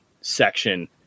section